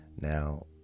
Now